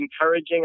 encouraging